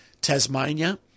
Tasmania